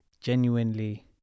genuinely